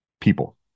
people